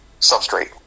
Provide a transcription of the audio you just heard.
substrate